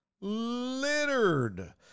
littered